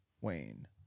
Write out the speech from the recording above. Wayne